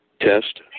test